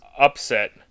upset